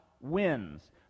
wins